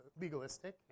legalistic